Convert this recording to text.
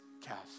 Cast